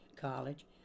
college